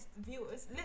viewers